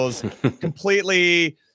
completely